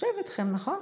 יושב איתכם, נכון?